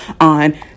on